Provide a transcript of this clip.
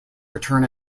return